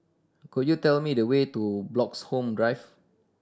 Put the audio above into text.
could you tell me the way to Bloxhome Drive